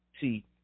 See